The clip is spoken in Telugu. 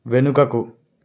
వెనుకకు